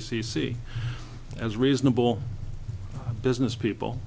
see as reasonable business people